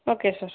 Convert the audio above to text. okay sir